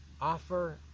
Offer